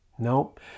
Nope